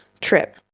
trip